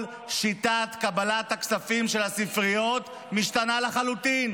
כל שיטת קבלת הכספים של הספריות משתנה לחלוטין.